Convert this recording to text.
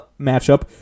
matchup